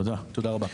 תודה רבה.